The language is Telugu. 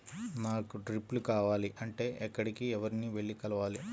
నాకు డ్రిప్లు కావాలి అంటే ఎక్కడికి, ఎవరిని వెళ్లి కలవాలి?